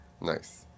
nice